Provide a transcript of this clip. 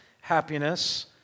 happiness